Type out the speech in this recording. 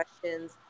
questions